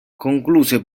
concluse